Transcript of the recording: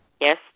Yes